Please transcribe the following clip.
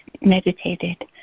meditated